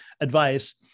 advice